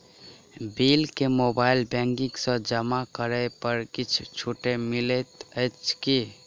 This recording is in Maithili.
बिल केँ मोबाइल बैंकिंग सँ जमा करै पर किछ छुटो मिलैत अछि की?